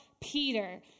Peter